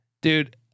Dude